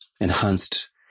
enhanced